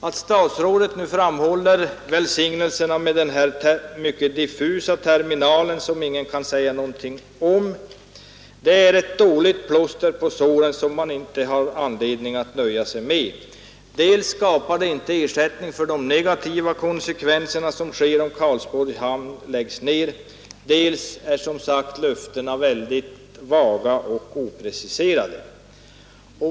Att statsrådet framhåller välsignelserna med den här mycket diffusa terminalen, som ingen kan säga någonting om, är ett dåligt plåster på såren som man inte har anledning att nöja sig med. Dels skapar terminalen ingen ersättning för de negativa konsekvenserna som blir resultatet om Karlsborgs hamn läggs ned, dels är som sagt löftena mycket vaga och opreciserade.